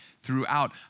throughout